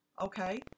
Okay